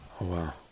wow